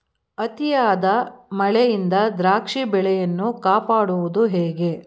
ಅತಿಯಾದ ಮಳೆಯಿಂದ ದ್ರಾಕ್ಷಿ ಬೆಳೆಯನ್ನು ಕಾಪಾಡುವುದು ಹೇಗೆ?